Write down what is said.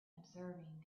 observing